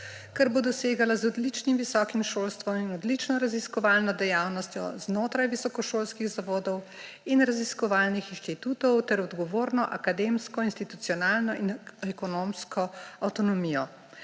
kar bo dosegala z odličnim visokim šolstvom in odlično raziskovalno dejavnostjo znotraj visokošolskih zavodov in raziskovalnih inštitutov ter odgovorno akademsko, institucionalno in ekonomsko avtonomijo.